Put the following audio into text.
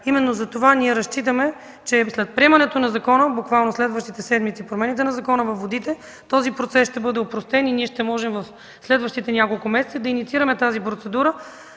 Именно затова ние разчитаме, че след приемането на закона, буквално следващите седмици след промените в Закона за водите, този процес ще бъде опростен и ние ще можем през следващите няколко месеца да инициираме тази процедура,